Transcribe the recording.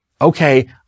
okay